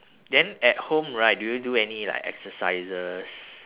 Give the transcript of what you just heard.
then at home right do you do any like exercises